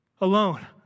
alone